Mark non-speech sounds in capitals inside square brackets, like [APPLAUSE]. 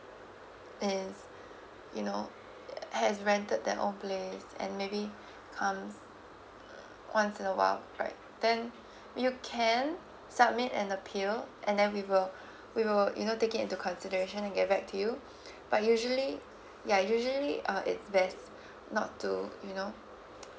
is [BREATH] you know has rented their own place and maybe come once in awhile right then [BREATH] you can submit and appeal and then we will [BREATH] we will you know take it into consideration and get back to you [BREATH] but usually ya usually uh it's best [BREATH] not to you know